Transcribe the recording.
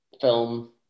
film